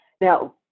Now